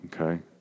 Okay